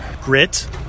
Grit